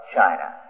China